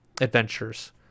adventures